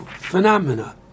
phenomena